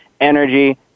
energy